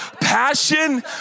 Passion